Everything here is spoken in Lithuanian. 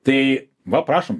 tai va prašom